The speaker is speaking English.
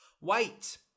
Wait